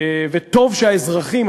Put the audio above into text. וטוב שהאזרחים,